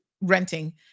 renting